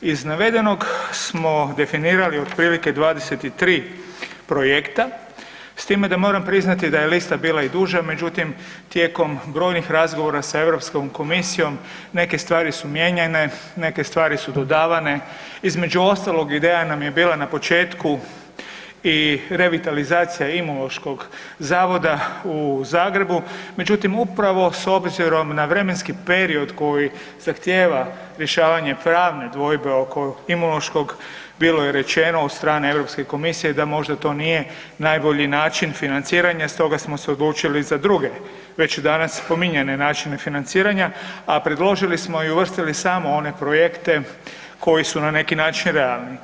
Iz navedenog smo definirali otprilike 23 projekta, s time da moram priznati da je lista bila i duža, međutim tijekom brojnih razgovora sa Europskom komisijom, neke stvari su mijenjane, neke stvari su dodavane, između ostalog ideja nam je bila na početku i revitalizacija Imunološkog zavoda u Zagrebu međutim upravo s obzirom na vremenski period koji zahtijeva rješavanje pravne dvojbe oko imunološkog, bilo je rečeno od strane Europske komisije da možda to nije najbolji način financiranja, stoga smo se odlučili za druge već danas spominjanje načine financiranja, a predložili smo i uvrstili samo one projekte koji su na neki način realni.